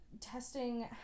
Testing